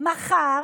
מחר